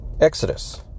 Exodus